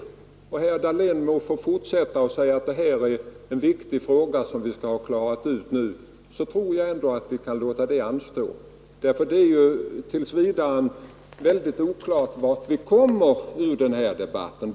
Även om herr Dahlén fortsätter med talet att detta är en viktig fråga som måste klaras ut, så tror jag ändå att vi får låta den anstå. Tills vidare är det nämligen mycket oklart vart vi kan komma i den debatten.